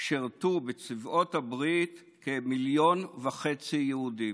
שירתו בצבאות הברית כ-1.5 מיליון יהודים?